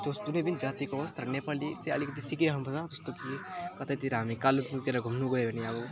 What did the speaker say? त्यो जुनै पनि जातिको होस् तर नेपाली चाहिँ अलिकति सिकिराख्नुपर्छ जस्तो कि कतैतिर हामी कालिम्पोङतिर घुम्नु गयो भने अब